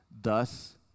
Thus